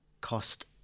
cost